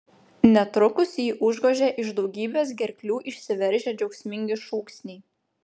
netrukus jį užgožė iš daugybės gerklių išsiveržę džiaugsmingi šūksniai